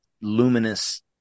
luminous